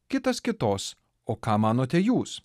kitas kitos o ką manote jūs